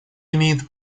имеет